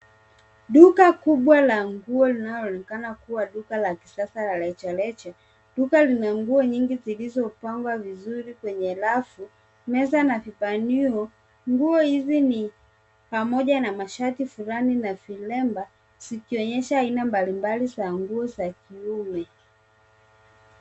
Duka kubwa la nguo linaonekana kuwa duka la kisasa la rejareja. Duka lina nguo nyingi zilizopangwa vizuri kwenye rafu meza na vibanio. Nguo hizi ni pamoja na mashati fulani na vilemba zikionyesha aina mbalimbali za nguo za kiume.